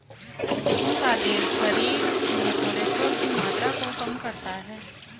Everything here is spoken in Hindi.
कुसुम का तेल शरीर में कोलेस्ट्रोल की मात्रा को कम करता है